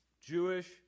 Jewish